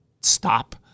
stop